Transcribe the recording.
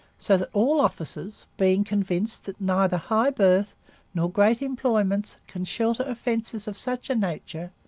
so that all officers, being convinced that neither high birth nor great employments can shelter offences of such a nature,